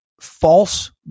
false